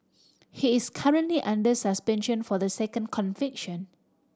he is currently under suspension for the second conviction